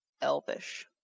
elvish